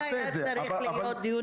זה היה צריך להיות דיון בנפרד.